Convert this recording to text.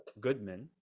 Goodman